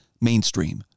mainstream